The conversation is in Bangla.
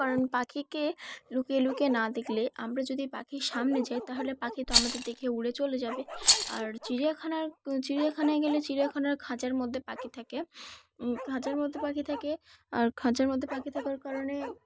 কারণ পাখিকে লুকিয়ে লুকিয়ে না দেখলে আমরা যদি পাখির সামনে যাই তাহলে পাখি তো আমাদের দেখে উড়ে চলে যাবে আর চিড়িয়াখানার চিড়িয়াখানায় গেলে চিড়িয়াখানার খাঁচার মধ্যে পাখি থাকে খাঁচার মধ্যে পাখি থাকে আর খাঁচার মধ্যে পাখি থাকার কারণে